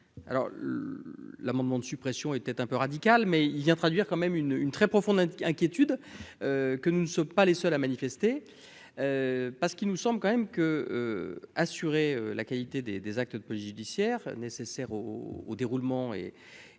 alors l'amendement de suppression était un peu radical, mais il vient traduire quand même une une très profonde inquiétude que nous ne sommes pas les seuls à manifester parce qu'il nous semble quand même que, assurer la qualité des des actes de police judiciaire nécessaire au au déroulement et